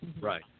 Right